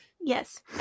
yes